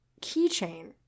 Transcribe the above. keychain